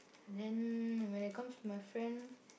then when it comes to my friend